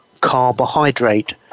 carbohydrate